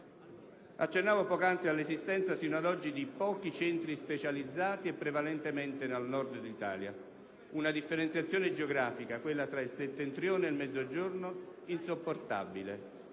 Accennavo poc'anzi all'esistenza fino ad oggi di pochi centri specializzati e prevalentemente nel Nord d'Italia: una differenziazione geografica, quella tra il Settentrione e il Mezzogiorno, insopportabile,